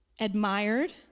admired